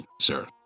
sir